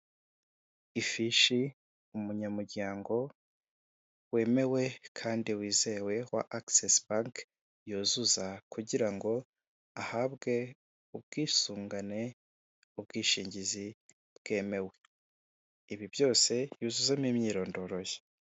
Ifishi, umunyamuryango wemewe kandi wizewe wa Access bank yuzuza, kugira ngo ahabwe ubwisungane, ubwishingizi bwemewe. Ibi byose yuzuzamo imyirondoro ye.